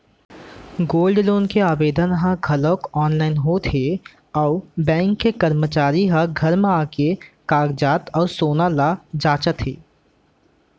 gold loan के आवेदन ह घलौक आनलाइन होत हे अउ बेंक के करमचारी ह घर म आके कागजात अउ सोन ल जांचत हे